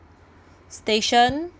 station